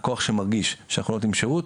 לקוח שמרגיש שאנחנו לא נותנים שירות,